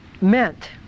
meant